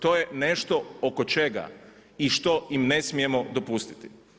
To je nešto oko čega i što im ne smijemo dopustiti.